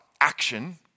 action